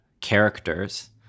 characters